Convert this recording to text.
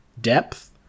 depth